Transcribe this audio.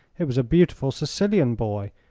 it was a beautiful sicilian boy,